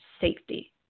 safety